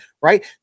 Right